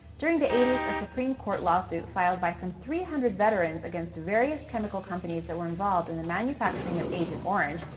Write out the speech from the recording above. during the eighty s, a supreme court lawsuit filed by some three hundred veterans against various chemical companies that were involved in the manufacturing of agent orange,